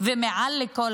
מעל הכול,